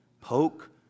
poke